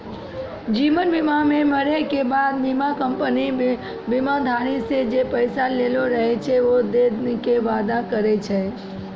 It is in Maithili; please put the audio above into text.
जीवन बीमा मे मरै के बाद बीमा कंपनी बीमाधारी से जे पैसा लेलो रहै छै उ दै के वादा करै छै